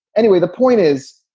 anyway, the point is,